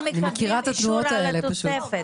אני מכירה את התנועות האלה פשוט.